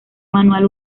manual